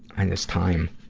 and it's time,